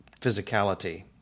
physicality